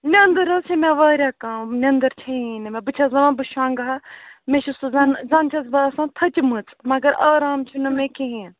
نیٚنٛدٕر حظ چھِ مےٚ واریاہ کَم نیٚنٛدٕر چھَیی نہٕ مےٚ بہٕ چھَس دَپان بہٕ شۄنٛگہٕ ہا مےٚ چھُ سُہ زَن زَن چھَس بہٕ آسان تھٔچمٕژ مگر آرام چھُنہٕ مےٚ کِہیٖنۍ